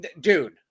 dude